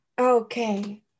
Okay